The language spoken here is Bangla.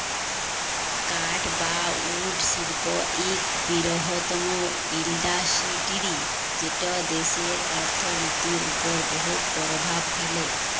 কাঠ বা উড শিল্প ইক বিরহত্তম ইল্ডাসটিরি যেট দ্যাশের অথ্থলিতির উপর বহুত পরভাব ফেলে